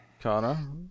Connor